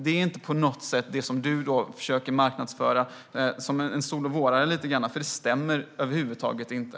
Det är inte på något sätt det som du, Nooshi Dadgostar, försöker marknadsföra lite grann som en sol-och-vårare. Det stämmer över huvud taget inte.